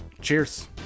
Cheers